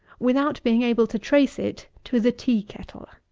without being able to trace it to the tea-kettle?